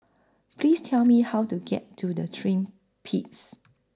Please Tell Me How to get to The Twin Peaks